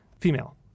female